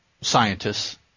scientists